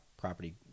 property